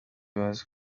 bazi